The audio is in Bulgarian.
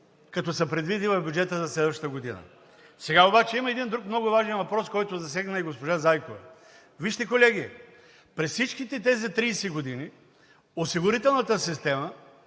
като се предвиди в бюджета за следващата година. Сега обаче един друг важен въпрос, който засегна и госпожа Зайкова. Вижте, колеги, през всички тези 30 години осигурителната система